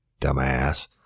dumbass